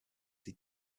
they